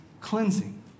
cleansing